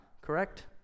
correct